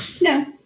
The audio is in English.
No